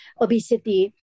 obesity